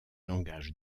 langage